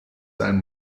sein